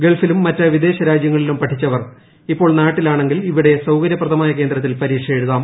ഗൾഫിലും മറ്റ് വിദേശരാജൃങ്ങളിലും പഠിച്ചവർ ഇപ്പോൾ നാട്ടിലാണെങ്കിൽ ഇവിടെ സൌകര്യപ്രദമായ കേന്ദ്രത്തിൽ പരീക്ഷയെഴുതാം